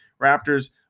Raptors